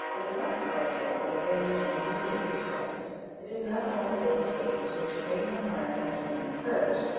is not called for by any immediate distress it is not one of those cases which wring the heart and drain the purse,